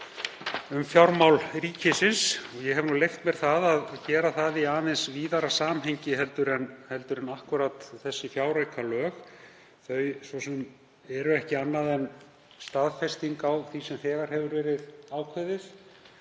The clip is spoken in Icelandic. um fjármál ríkisins. Ég hef leyft mér að gera það í aðeins víðara samhengi en akkúrat varðandi þessi fjáraukalög. Þau eru ekki annað en staðfesting á því sem þegar hefur verið ákveðið